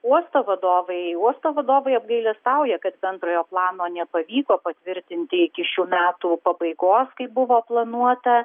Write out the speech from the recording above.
uosto vadovai uosto vadovai apgailestauja kad bendrojo plano nepavyko patvirtinti iki šių metų pabaigos kaip buvo planuota